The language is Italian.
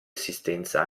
assistenza